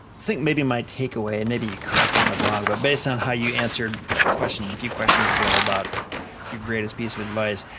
think maybe my takeaway, maybe you correct me if i'm wrong, but based on how you answered a question, a few questions ago about your greatest piece of advice,